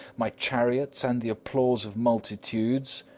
my chariots and the applause of multitudes?